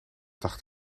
dacht